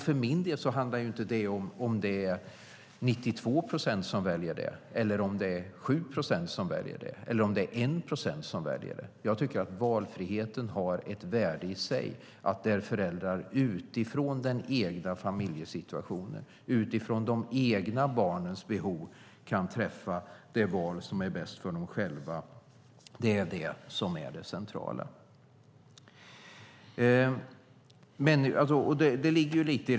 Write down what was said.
För min del handlar det inte om ifall det är 92 procent eller om det är 7 procent eller 1 procent. Jag tycker att valfriheten har ett värde i sig. Föräldrar ska utifrån den egna familjesituationen och de egna barnens behov kunna träffa de val som är bäst för dem själva. Det är det som är det centrala.